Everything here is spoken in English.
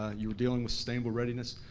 ah you were dealing with sustainable readiness.